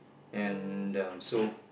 and um so